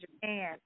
Japan